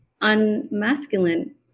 unmasculine